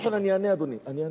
נכון, נכון, אני אענה, אדוני,